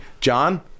John